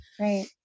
Right